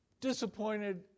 disappointed